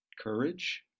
courage